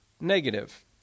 negative